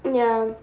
ya